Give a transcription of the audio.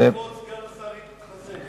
האם כבוד סגן השר התחסן?